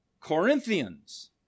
Corinthians